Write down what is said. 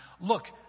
Look